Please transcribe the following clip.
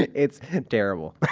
and it's terrible.